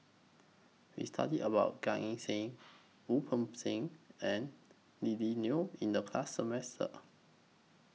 We studied about Gan Eng Seng Wu Peng Seng and Lily Neo in The class